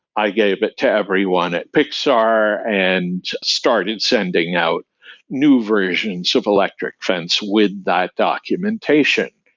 i gave it to everyone at pixar and started sending out new versions of electric fence with that documentation.